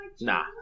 Nah